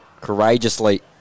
courageously